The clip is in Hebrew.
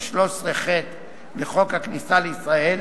13ח לחוק הכניסה לישראל,